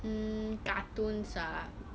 mm cartoons ah